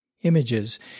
images